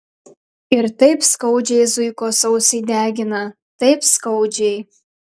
ir taip skaudžiai zuikos ausį degina taip skaudžiai